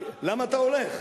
למה אתה הולך?